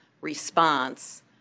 response